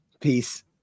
Peace